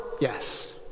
Yes